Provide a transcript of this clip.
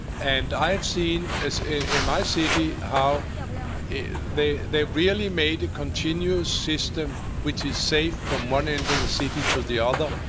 and i have seen in my city how they they really made a continuous system which is safe from one end of the city to the other.